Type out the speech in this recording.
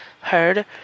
heard